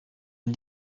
une